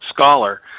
scholar